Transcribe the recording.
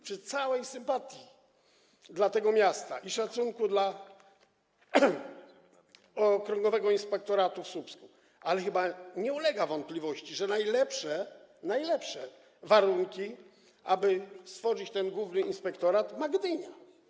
Przy całej sympatii dla tego miasta i szacunku dla okręgowego inspektoratu w Słupsku, ale chyba nie ulega wątpliwości, że najlepsze warunki, aby stworzyć ten główny inspektorat, ma Gdynia.